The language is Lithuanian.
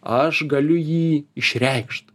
aš galiu jį išreikšt